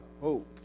hope